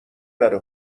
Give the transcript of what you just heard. بره